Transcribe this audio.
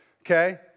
Okay